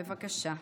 בבקשה.